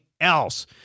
else